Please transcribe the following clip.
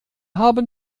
haben